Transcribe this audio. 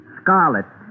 scarlet